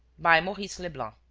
by maurice leblanc,